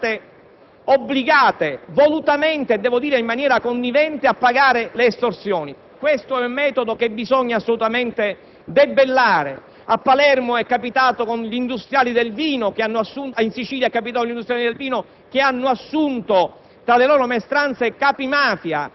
Molto spesso queste imprese sono state obbligate volutamente e in maniera connivente a pagare le estorsioni. È un metodo che bisogna assolutamente debellare. In Sicilia è capitato con gli industriali vinicoli, che hanno assunto